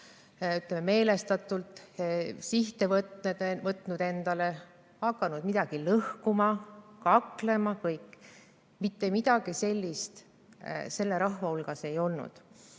meelestatud sihte võtma, hakanud midagi lõhkuma, kaklema vms. Mitte midagi sellist selle rahva hulgas ei olnud.